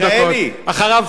אחריו, חבר הכנסת דואן.